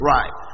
Right